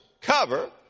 cover